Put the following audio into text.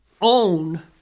Own